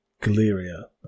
Galeria